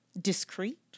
discreet